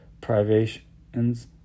privations